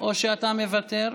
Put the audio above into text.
או שאתה מוותר?